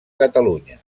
catalunya